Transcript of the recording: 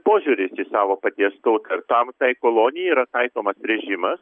požiūris į savo paties tautą ir tam tai kolonijai yra taikomas režimas